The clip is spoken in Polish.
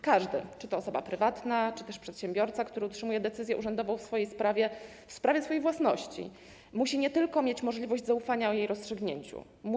Każdy: czy to osoba prywatna, czy też przedsiębiorca, który otrzymuje decyzję urzędową w swojej sprawie, w sprawie swojej własności, musi mieć nie tylko możliwość zaufania temu rozstrzygnięciu.